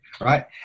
Right